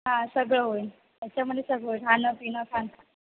हां सगळं होईल त्याच्यामध्ये सगळं होईल खाणंपिणं खाणं